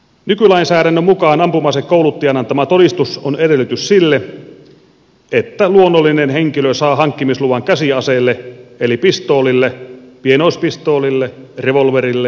nykylainsäädännön mukaan ampuma asekouluttajan antama todistus on edellytys sille että luonnollinen henkilö saa hankkimisluvan käsiaseelle eli pistoolille pienoispistoolille revolverille taikka pienoisrevolverille